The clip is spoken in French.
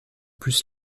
plus